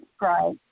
right